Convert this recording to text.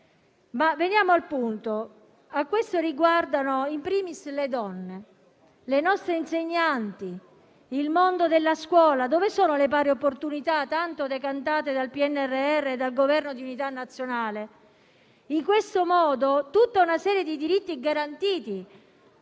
Ma veniamo al punto che riguarda *in primis* le donne, le nostre insegnanti, il mondo della scuola. Dove sono le pari opportunità tanto decantate dal PNRR e dal Governo di unità nazionale? In questo modo, tutta una serie di diritti garantiti